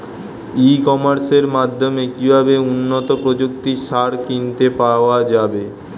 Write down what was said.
ই কমার্সের মাধ্যমে কিভাবে উন্নত প্রযুক্তির সার কিনতে পাওয়া যাবে?